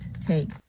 take